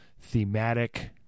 thematic